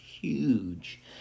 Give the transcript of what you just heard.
huge